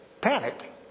panic